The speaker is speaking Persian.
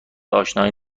اشنایی